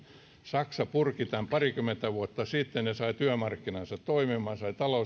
saksa purki tämän parikymmentä vuotta sitten ja sai työmarkkinansa toimimaan sai talouselämänsä toimimaan ja on talouselämässä